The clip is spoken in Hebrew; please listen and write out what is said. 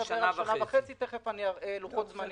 כמובן חוצה מפלגות ופוליטיקה כי התשתיות הן בכל התחומים.